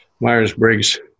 Myers-Briggs